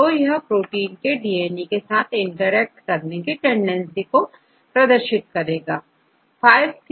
तो यह प्रोटीन की डीएनए के साथ इंटरेक्ट करने की प्रवर्ती ज्यादा होगी